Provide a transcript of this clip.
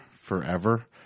forever